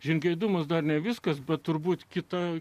žingeidumas dar ne viskas bet turbūt kito